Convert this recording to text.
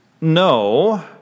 no